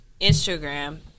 instagram